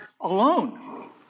alone